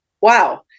Wow